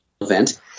event